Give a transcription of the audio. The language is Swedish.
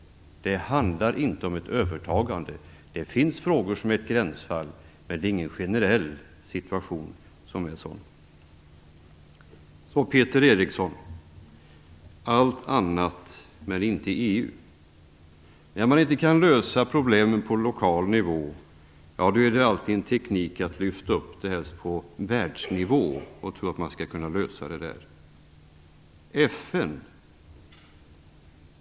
Det handlar inte om ett övertagande. Det finns frågor som är gränsfall, men det är ingen generell situation. Allt annat, men inte EU, säger Peter Eriksson. När man inte kan lösa problemen på en lokal nivå är det alltid en teknik att lyfta upp dem på världsnivå och tro att man skall kunna lösa dem där.